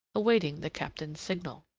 awaiting the captain's signal.